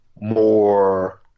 more